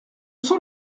sont